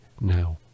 now